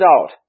out